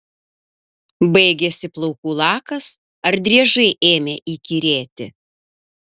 baigėsi plaukų lakas ar driežai ėmė įkyrėti